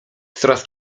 coraz